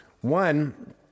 one